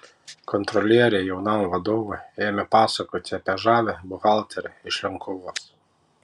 kontrolieriai jaunam vadovui ėmė pasakoti apie žavią buhalterę iš linkuvos